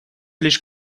лишь